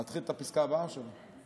נתחיל את הפסקה הבאה או לא?